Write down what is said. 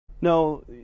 No